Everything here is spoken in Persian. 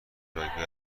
راگبی